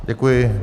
Děkuji.